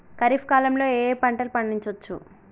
ఖరీఫ్ కాలంలో ఏ ఏ పంటలు పండించచ్చు?